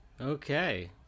Okay